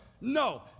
no